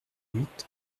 huit